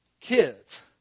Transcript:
kids